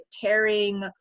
tearing